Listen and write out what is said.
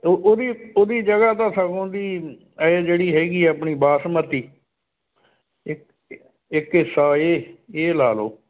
ਉਹ ਉਹ ਵੀ ਉਹਦੀ ਜਗ੍ਹਾ ਤਾਂ ਸਗੋਂ ਉਹਦੀ ਐਂ ਜਿਹੜੀ ਹੈਗੀ ਹੈ ਆਪਣੀ ਬਾਸਮਤੀ ਇੱਕ ਇੱਕ ਹਿੱਸਾ ਇਹ ਇਹ ਲਾ ਲਉ